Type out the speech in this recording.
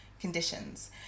conditions